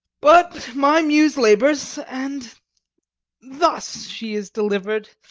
but my muse labours, and thus she is deliver'd.